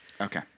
okay